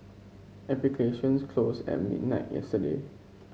applications closed at midnight yesterday